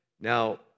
Now